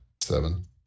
seven